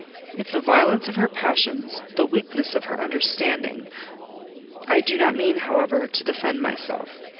if the violence of her passions, the weakness of her understanding i do not mean, however, to defend myself.